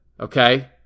okay